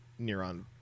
Neuron